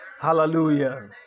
Hallelujah